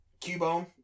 Cubone